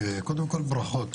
קודם כל ברכות,